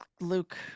Luke